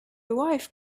wife